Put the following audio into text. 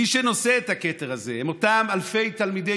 מי שנושא את הכתר הזה הם אותם אלפי תלמידי